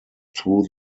through